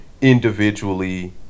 individually